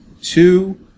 two